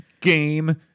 game